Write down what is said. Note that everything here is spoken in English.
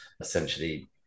essentially